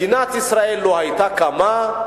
מדינת ישראל לא היתה קמה.